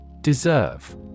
Deserve